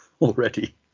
already